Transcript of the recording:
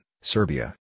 Serbia